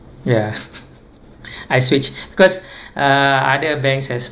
ya I switched because uh other banks has